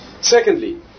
Secondly